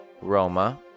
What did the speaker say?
roma